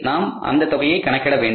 நாம் அந்த தொகையை கணக்கிட வேண்டும்